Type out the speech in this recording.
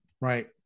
Right